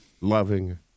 loving